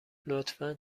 لطفا